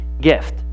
gift